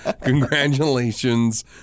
Congratulations